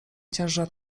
ciężar